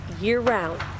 year-round